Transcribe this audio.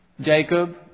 Jacob